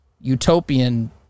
utopian